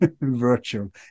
virtual